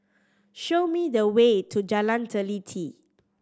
show me the way to Jalan Teliti